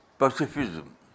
pacifism